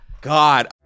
God